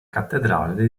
cattedrale